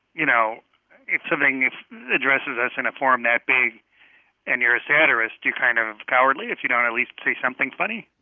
you know it's something if addresses us in a form that big and you're a satirist you kind of cowardly if you don't at least see something funny.